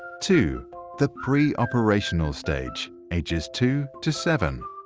two the pre-operational stage, ages two to seven.